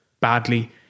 badly